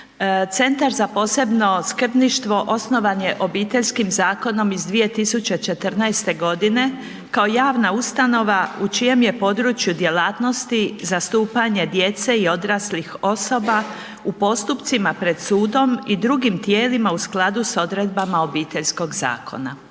Centar za posebno skrbništvo osnovan je Obiteljskim zakonom iz 2014. godine kao javna ustanova u čijem je području djelatnosti zastupanje djece i odraslih osoba u postupcima pred sudom i drugim tijelima u skladu s odredbama Obiteljskog zakona.